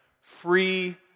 free